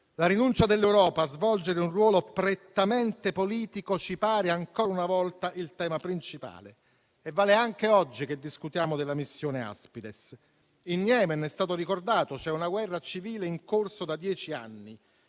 La rinuncia dell'Europa a svolgere un ruolo prettamente politico ci pare ancora una volta il tema principale e vale anche oggi che discutiamo della missione Aspides. In Yemen - è stato ricordato - c'è una guerra civile in corso da dieci anni